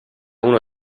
uno